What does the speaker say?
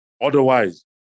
Otherwise